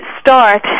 start